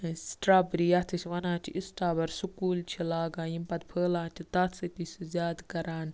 ٲں سٹرابٔری یَتھ أسۍ وَنان چھِ اِسٹابَر سُہ کُل چھِ لاگان یِم پَتہٕ پھٲلان چھِ تَتھ سۭتی تہِ چھُ سُہ زیادٕ کَران